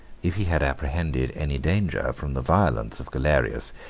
if he had apprehended any danger from the violence of galerius,